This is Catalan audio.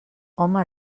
home